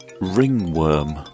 ringworm